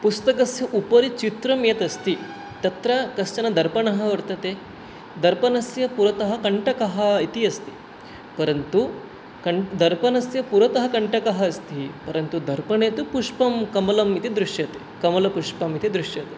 पुस्तकस्य उपरि चित्रं यत् अस्ति तत्र कश्चन दर्पणः वर्तते दर्पणस्य पुरतः कण्टकः इति अस्ति परन्तु कण् दर्पणस्य पुरतः कण्टकः अस्ति परन्तु दर्पणे तु पुष्पं कमलम् इति दृश्यते कमलपुष्पम् इति दृश्यते